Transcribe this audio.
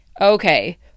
Okay